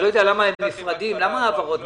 אני לא יודע למה ההעברות נפרדות.